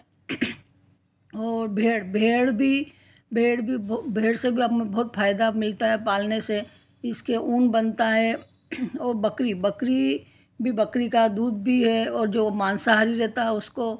और भेड़ भेड़ भी भेड़ भी भेड़ से भी बहुत फ़ायदा मिलता है पालने से इसके ऊन बनता है वह बकरी बकरी भी बकरी का दूध भी है और जो मासाहारी रहता है उसको